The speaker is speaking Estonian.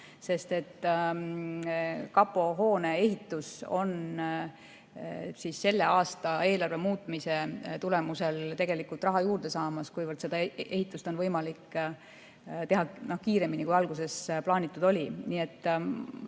aastat. Kapo hoone ehitus on selle aasta eelarve muutmise tulemusel tegelikult raha juurde saamas, kuna seda ehitust on võimalik teha kiiremini, kui alguses plaanitud oli.